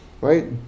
right